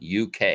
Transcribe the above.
uk